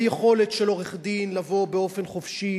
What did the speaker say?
היכולת של עורך-דין לבוא באופן חופשי